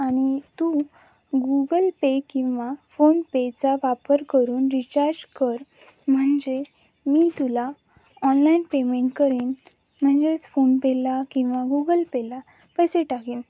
आणि तू Google Pay किंवा फोनपेचा वापर करून रिचार्ज कर म्हणजे मी तुला ऑनलाईन पेमेंट करीन म्हनजेच फोनपेला किंवा गुगल पेला पैसे टाकेन